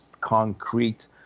concrete